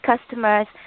customers